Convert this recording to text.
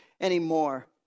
anymore